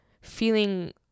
feeling